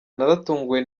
naratunguwe